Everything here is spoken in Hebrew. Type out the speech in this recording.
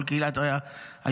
כל קהילה הייתה בעוני,